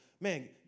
man